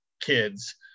kids